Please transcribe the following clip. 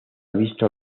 visto